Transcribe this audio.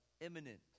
imminent